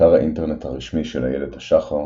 אתר האינטרנט הרשמי של איילת השחר